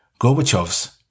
Gorbachev's